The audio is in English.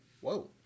Whoa